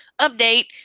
update